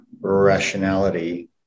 rationality